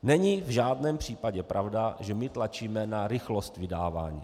Není v žádném případě pravda, že my tlačíme na rychlost vydávání.